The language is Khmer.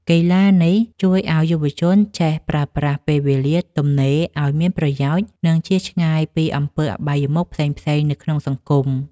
កីឡានេះជួយឱ្យយុវជនចេះប្រើប្រាស់ពេលវេលាទំនេរឱ្យមានប្រយោជន៍ និងជៀសឆ្ងាយពីអំពើអបាយមុខផ្សេងៗនៅក្នុងសង្គម។